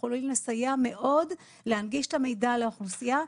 יכול לסייע מאוד להנגיש את המידע לאוכלוסייה,